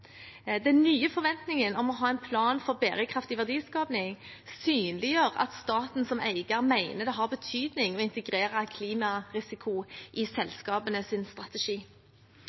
Den nye forventningen om å ha en plan for bærekraftig verdiskaping synliggjør at staten som eier mener det har betydning å integrere klimarisiko i selskapenes strategi. Regjeringen forventer også at selskapene